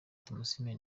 tumusiime